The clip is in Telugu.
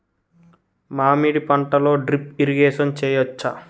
మామిడి పంటలో డ్రిప్ ఇరిగేషన్ చేయచ్చా?